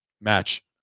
match